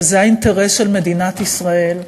שזה האינטרס של מדינת ישראל,